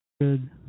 Good